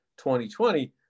2020